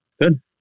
good